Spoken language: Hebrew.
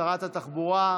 שרת התחבורה,